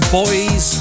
boys